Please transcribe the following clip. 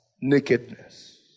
nakedness